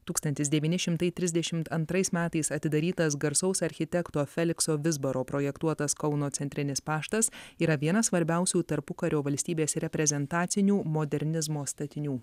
tūkstantis devyni šimtai trisdešimt antrais metais atidarytas garsaus architekto felikso vizbaro projektuotas kauno centrinis paštas yra vienas svarbiausių tarpukario valstybės reprezentacinių modernizmo statinių